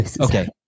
okay